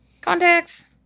contacts